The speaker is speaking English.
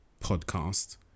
podcast